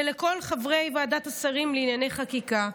ולכל חברי ועדת השרים לענייני חקיקה.